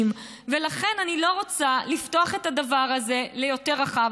ולכן, אני לא רוצה לפתוח את הדבר הזה ליותר רחב.